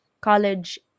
college